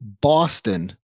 Boston